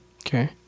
Okay